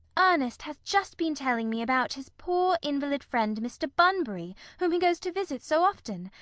ernest has just been telling me about his poor invalid friend mr. bunbury whom he goes to visit so often.